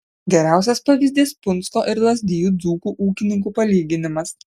geriausias pavyzdys punsko ir lazdijų dzūkų ūkininkų palyginimas